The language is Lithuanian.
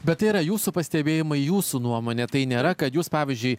bet tai yra jūsų pastebėjimai jūsų nuomonė tai nėra kad jūs pavyzdžiui